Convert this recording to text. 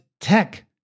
tech